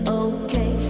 okay